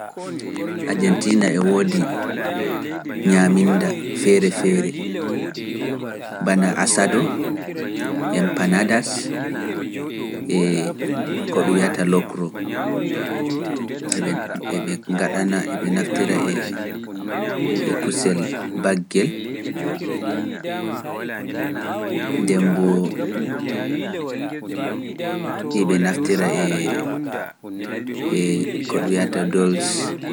Ajentiina e woodi ñaaminnda feere-feere bana asado, empanadas, eh, e ko ɗum wiyata lokro, e ɓe, e ɓe ngaɗana, e ɓe naftira eh e kusel baggel, nden boo e ɓe naftira eh, e ko ɗum wiyata dolls.